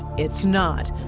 it's not!